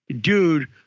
dude